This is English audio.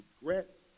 regret